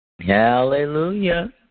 Hallelujah